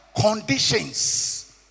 conditions